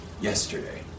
yesterday